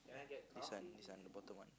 this one this one important one